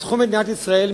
בתחום מדינת ישראל,